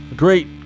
Great